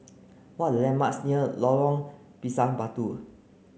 what are the landmarks near Lorong Pisang Batu